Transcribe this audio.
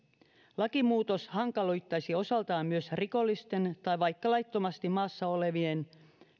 lakimuutos hankaloittaisi osaltaan myös rikollisten tai vaikka laittomasti maassa olevien